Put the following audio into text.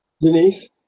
Denise